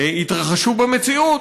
יתרחשו במציאות,